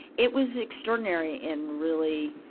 it was extraordinary in really,